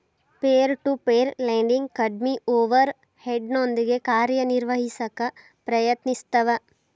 peer to peer lending ಕಡ್ಮಿ ಓವರ್ ಹೆಡ್ನೊಂದಿಗಿ ಕಾರ್ಯನಿರ್ವಹಿಸಕ ಪ್ರಯತ್ನಿಸ್ತವ